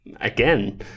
again